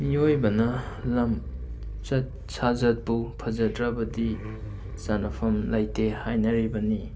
ꯃꯤꯑꯣꯏꯕꯅ ꯂꯝꯆꯠ ꯁꯥꯖꯠꯄꯨ ꯐꯖꯗ꯭ꯔꯕꯗꯤ ꯆꯅꯐꯝ ꯂꯩꯇꯦ ꯍꯥꯏꯅꯔꯤꯕꯅꯤ